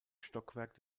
stockwerk